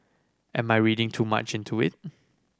am I reading too much into it